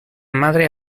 madre